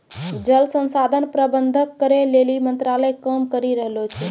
जल संसाधन प्रबंधन करै लेली मंत्रालय काम करी रहलो छै